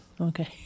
Okay